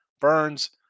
Burns